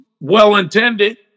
well-intended